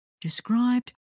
described